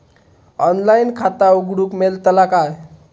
Online खाता उघडूक मेलतला काय?